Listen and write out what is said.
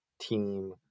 team